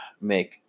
make